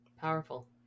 powerful